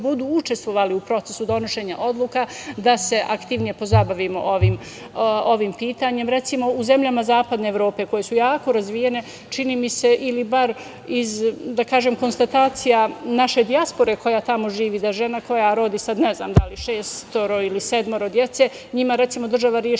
budu učestvovali u procesu donošenja odluka da se aktivnije pozabavimo ovim pitanjem. Recimo, u zemljama Zapadne Evrope koje su jako razvijene, čini mi se ili bar iz konstatacija naše dijaspore koja tamo živi, da žena koja rodi, sad ne znam da li šestoro ili sedmoro dece, njima recimo država reši